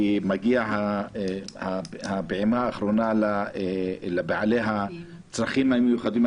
כי מגיעה הפעימה האחרונה לבעלי הצרכים המיוחדים.